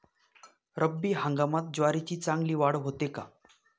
रब्बी हंगामात ज्वारीची चांगली वाढ होते का?